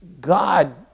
God